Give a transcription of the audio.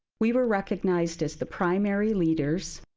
we were recognized as the primary leaders,